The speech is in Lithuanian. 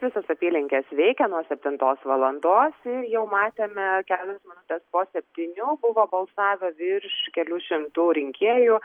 visos apylinkės veikia nuo septintos valandos ir jau matėme kelios minutės po septynių buvo balsavę virš kelių šimtų rinkėjų